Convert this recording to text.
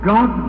God